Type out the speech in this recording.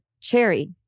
Cherry